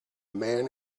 man